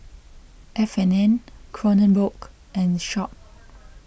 F and N Kronenbourg and Sharp